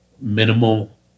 minimal